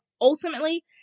ultimately